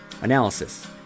analysis